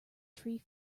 tree